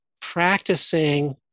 practicing